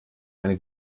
eine